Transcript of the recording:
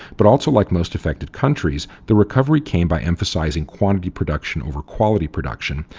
but also like most affected countries, the recovery came by emphasizing quantity production over quality production,